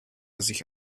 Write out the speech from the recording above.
sich